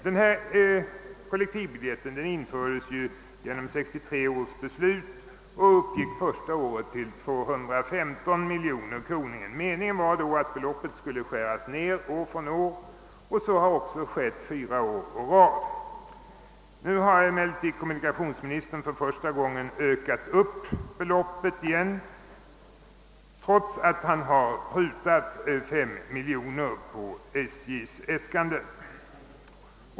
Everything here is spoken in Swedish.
Systemet med sådana biljetter infördes i och med 1963 års beslut, och beloppet var första året 215 miljoner kronor. Meningen var då att summan skulle skäras ned år från år. Så har också skett fyra år å rad, men nu har kommunikationsministern för första gången ökat beloppet, trots att han prutat 3 miljoner kronor på SJ:s äskanden.